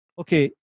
Okay